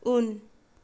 उन